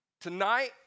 tonight